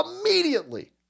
immediately